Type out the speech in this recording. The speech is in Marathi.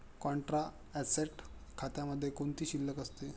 कॉन्ट्रा ऍसेट खात्यामध्ये कोणती शिल्लक असते?